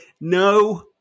no